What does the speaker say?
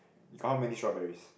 how many strawberries